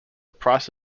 price